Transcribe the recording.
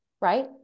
right